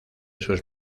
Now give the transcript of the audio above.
sus